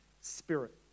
spirit